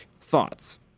Thoughts